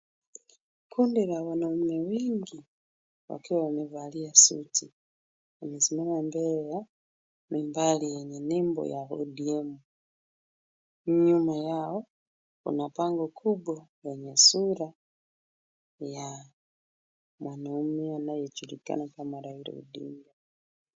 Kundi la wanaume wengi wakiwa wamevalia suti wamesimama mbele ya mbao yenye nembo ya ODM. Nyuma yao kuna bango kubwa lenye sura ya mwanamume anayejulikana kama Raila Odinga.